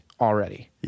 already